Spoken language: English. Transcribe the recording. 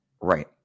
Right